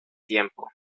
tiempo